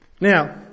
Now